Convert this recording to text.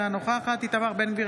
אינה נוכחת איתמר בן גביר,